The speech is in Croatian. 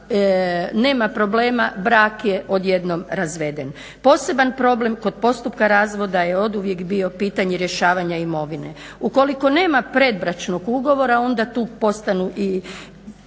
nema problema, brak je odjednom razveden. Poseban problem kod postupka razvoda je oduvijek bio pitanje rješavanja imovine. Ukoliko nema predbračnog ugovora onda tu postanu i